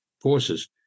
forces